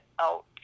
out